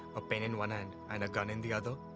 a pen in one hand and a gun in the other.